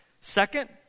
Second